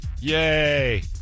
Yay